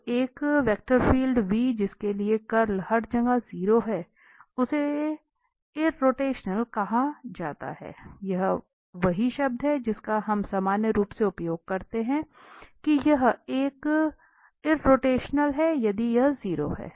तो एक vector field जिसके लिए कर्ल हर जगह 0 है उसे इर्रोटेशनल कहा जाता है यही वह शब्द है जिसका हम सामान्य रूप से उपयोग करते हैं कि यह एक इर्रोटेशनल है यदि यह 0 है